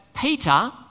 Peter